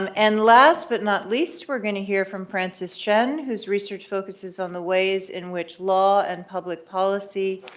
um and last but not least, we're going to hear from francis shen, whose research focuses on the ways in which law and public policy